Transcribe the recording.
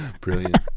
Brilliant